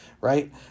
right